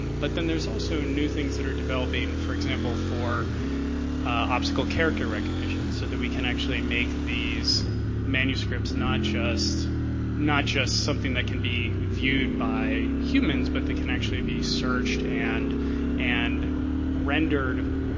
but then there's also new things that are developing for example for obstacle character recognition. so we can actually make these manuscripts not just not just something that can be viewed by humans, but they can actually be searched and and rendered,